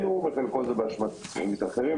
חלקו זה באשמתנו ובחלקו זה באשמת אחרים,